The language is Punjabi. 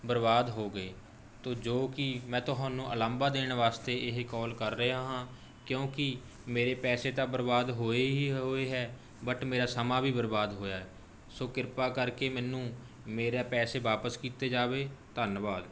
ਬਰਬਾਦ ਹੋ ਗਏ ਤਾਂ ਜੋ ਕਿ ਮੈਂ ਤੁਹਾਨੂੰ ਉਲਾਂਭਾ ਦੇਣ ਵਾਸਤੇ ਇਹ ਕਾਲ ਕਰ ਰਿਹਾ ਹਾਂ ਕਿਉਂਕਿ ਮੇਰੇ ਪੈਸੇ ਤਾਂ ਬਰਬਾਦ ਹੋਏ ਹੀ ਹੋਏ ਹੈ ਬਟ ਮੇਰਾ ਸਮਾਂ ਵੀ ਬਰਬਾਦ ਹੋਇਆ ਹੈ ਸੋ ਕਿਰਪਾ ਕਰਕੇ ਮੈਨੂੰ ਮੇਰੇ ਪੈਸੇ ਵਾਪਸ ਕੀਤੇ ਜਾਣ ਧੰਨਵਾਦ